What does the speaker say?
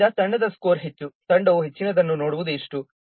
ಆದ್ದರಿಂದ ತಂಡದ ಸ್ಕೋರ್ ಹೆಚ್ಚು ತಂಡವು ಹೆಚ್ಚಿನದನ್ನು ನೋಡುವುದು ಎಷ್ಟು